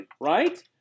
right